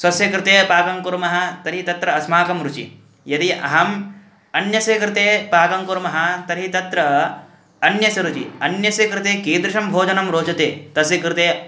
स्वस्य कृते पाकं कुर्मः तर्हि तत्र अस्माकं रुचि यदि अहम् अन्यस्य कृते पाकं कुर्मः तर्हि तत्र अन्यस्य रुचि अन्यस्य कृते कीदृशं भोजनं रोचते तस्य कृते